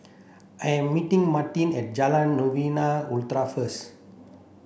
I am meeting Martine at Jalan Novena Utara first